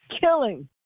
killing